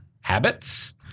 habits